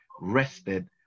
rested